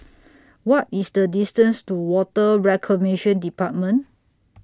What IS The distance to Water Reclamation department